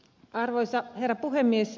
arvoisa herra puhemies